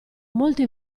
molte